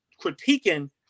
critiquing